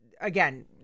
again